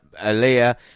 Aaliyah